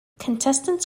contestants